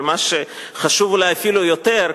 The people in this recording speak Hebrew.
אבל מה שחשוב אולי אפילו יותר,